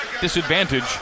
disadvantage